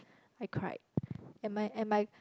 I cried and my and my